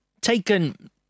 taken